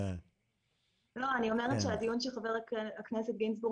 אני אומרת שהדיון שחבר הכנסת גינזבורג